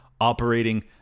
operating